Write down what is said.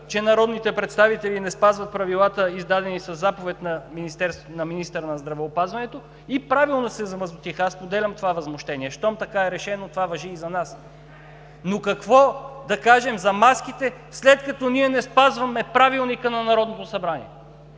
че народните представители не спазват правилата, издадени със заповед на министъра на здравеопазването – и правилно се възмутиха, аз споделям това възмущение: щом така е решено, това важи и за нас, но какво да кажем за маските, след като ние не спазваме Правилника за организацията и